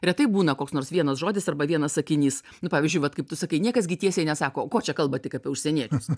retai būna koks nors vienas žodis arba vienas sakinys pavyzdžiui vat kaip tu sakai niekas gi tiesiai nesako o ko čia kalbat tik apie užsieniečius